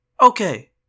Okay